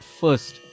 first